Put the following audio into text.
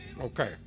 Okay